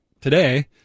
today